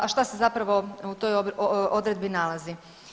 A šta se zapravo u toj odredbi nalazi?